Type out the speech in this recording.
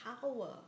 power